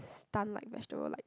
stunned like vegetable like